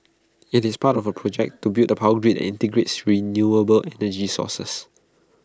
IT is part of A project to build A power grid that integrates renewable energy sources